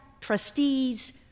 trustees